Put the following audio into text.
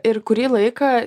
ir kurį laiką